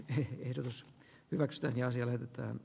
he ehdotus hyväksytään ja selvitetään